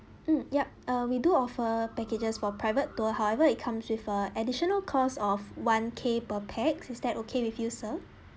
mm yup uh we do offer packages for private tour however it comes with a additional cost of one K per pax is that okay with you sir